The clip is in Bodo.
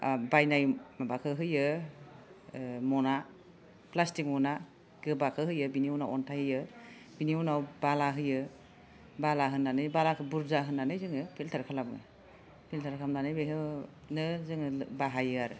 ओह बायनाय माबाखो होयो ओह मना प्लाष्टिक मना गोबाखो होयो बिनि उनाव अन्थाइ होयो बिनि उनाव बाला होयो बाला होनानै बालाखौ बुरजा होनानै जोङो फिल्टार खालामो फिल्टार खालामनानै बेखौ नो जोङो लो बाहायो आरो